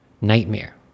nightmare